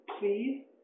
Please